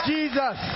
Jesus